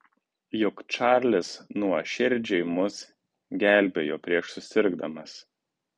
juk čarlis nuoširdžiai mus gelbėjo prieš susirgdamas